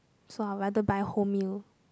so I rather buy wholemeal